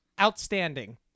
outstanding